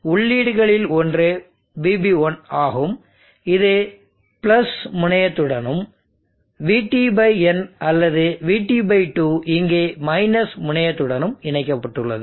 எனவே உள்ளீடுகளில் ஒன்று VB1 ஆகும் இது முனையத்துடன் VT n அல்லது VT 2 இங்கே முனையத்துடன் இணைக்கப்பட்டுள்ளது